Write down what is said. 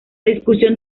discusión